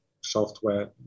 software